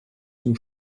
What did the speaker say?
zum